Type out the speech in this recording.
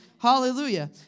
Hallelujah